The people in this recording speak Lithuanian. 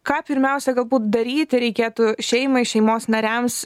ką pirmiausia galbūt daryti reikėtų šeimai šeimos nariams